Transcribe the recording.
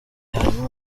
harimo